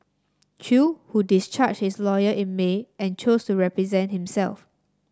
chew who discharged his lawyer in May and chose to represent himself